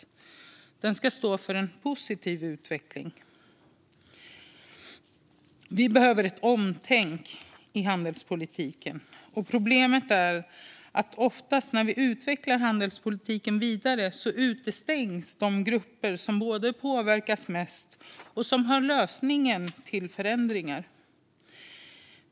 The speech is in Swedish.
Handelspolitiken ska stå för en positiv utveckling. Vi behöver ett omtänk i handelspolitiken. Problemet är oftast att när vi utvecklar handelspolitiken vidare utestängs de grupper som både påverkas mest och har lösningen till förändringar.